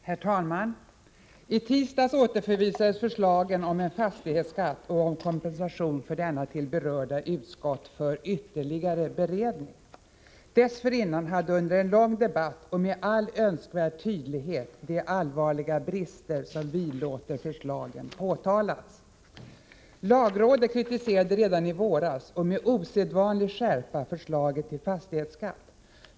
Herr talman! I tisdags återförvisades förslagen om en fastighetsskatt och om kompensation för denna till berörda utskott för ytterligare beredning. Dessförinnan hade under en lång debatt och med all önskvärd tydlighet de allvarliga brister som vidlåder förslagen påtalats. Lagrådet kritiserade redan i våras och med osedvanlig skärpa förslaget till fastighetsskatt.